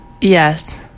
Yes